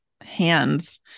hands